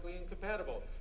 incompatible